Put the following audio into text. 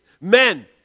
men